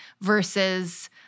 versus